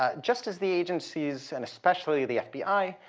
ah just as the agencies, and especially the fbi,